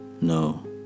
No